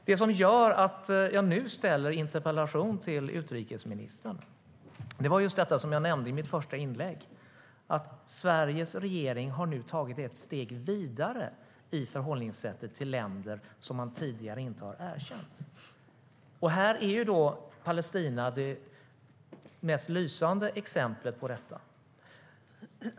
Det som gör att jag nu ställer en interpellation till utrikesministern är just det jag nämnde i mitt första inlägg, nämligen att Sveriges regering har tagit ett steg vidare i förhållningssättet till länder man tidigare inte har erkänt. Palestina är det mest lysande exemplet på detta.